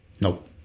Nope